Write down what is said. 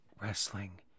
Wrestling